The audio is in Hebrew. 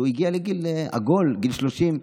שהגיע לגיל עגול, גיל 30,